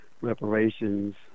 Reparations